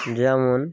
যেমন